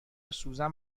سوزن